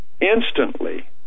Instantly